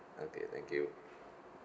okay thank you